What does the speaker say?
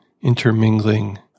intermingling